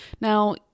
Now